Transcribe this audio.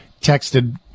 texted